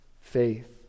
faith